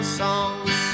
songs